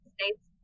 States